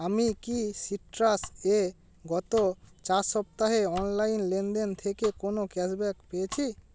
আমি কি সিট্রাস এ গত চার সপ্তাহে অনলাইন লেনদেন থেকে কোনো ক্যাশব্যাক পেয়েছি